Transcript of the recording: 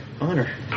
Honor